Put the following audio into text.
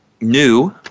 new—